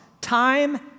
time